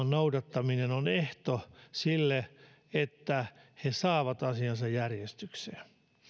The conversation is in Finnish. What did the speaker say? noudattaminen on ehto sille että he saavat asiansa järjestykseen